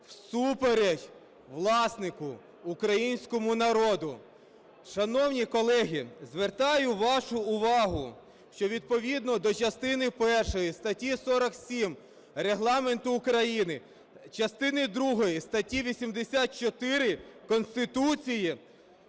всупереч власнику – українському народу. Шановні колеги, звертаю вашу увагу, що відповідно до частини першої статті 47 Регламенту України, частини другої статті 84 Конституції